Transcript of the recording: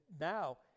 Now